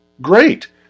Great